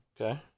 Okay